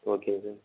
okay sir